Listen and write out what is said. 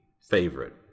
favorite